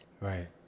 Right